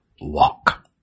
walk